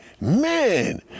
Man